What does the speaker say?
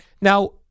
Now